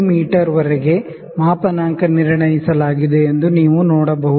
me ವರೆಗೆ ಮಾಪನಾಂಕ ನಿರ್ಣಯಿಸಲಾಗಿದೆ ಎಂದು ನೀವು ನೋಡಬಹುದು